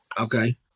okay